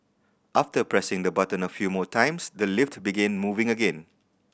after pressing the button a few more times the lift began moving again